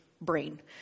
brain